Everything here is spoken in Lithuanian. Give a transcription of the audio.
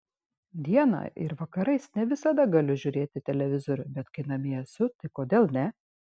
dieną ir vakarais ne visada galiu žiūrėti televizorių bet kai namie esu tai kodėl ne